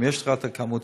אם יש לך את המספר,